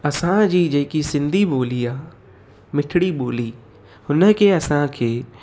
असांजी जेकी सिंधी ॿोली आहे मिठिड़ी ॿोली हुन खे असांखे